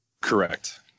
Correct